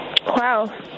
Wow